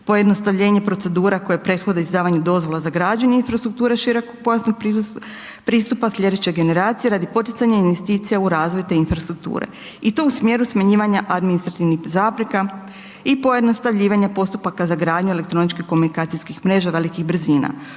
pojednostavljenje procedura koje prethode izdavanju dozvola za građenje infrastrukture širokopojasnog pristupa slijedeće generacije radi poticanja investicija u razvoj te infrastrukture i to u smjeru smanjivanja administrativnih zapreka i pojednostavljivanje postupaka za gradnju elektroničko-komunikacijskih mreža velikih brzina.